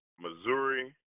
Missouri